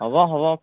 হ'ব হ'ব